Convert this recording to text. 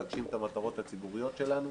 להגשים את המטרות הציבוריות שלנו.